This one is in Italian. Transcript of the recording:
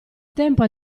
tempo